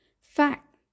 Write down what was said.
Fact